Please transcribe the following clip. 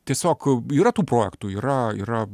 tiesiog yra tų projektų yra yra